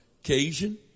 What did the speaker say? occasion